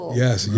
yes